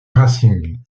racing